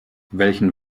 welchen